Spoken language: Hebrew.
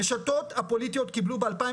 רשתות הפוליטיות קיבלו ב-2019,